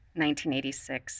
1986